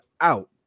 out